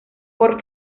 por